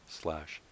slash